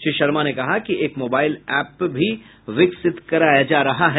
श्री शर्मा ने कहा कि एक मोबाइल एप भी विकसित कराया जा रहा है